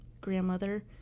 grandmother